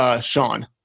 Sean